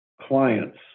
clients